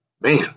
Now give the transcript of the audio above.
man